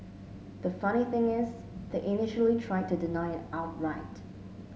the funny thing is they initially tried to deny it outright